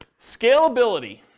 Scalability